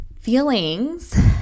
Feelings